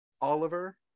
Oliver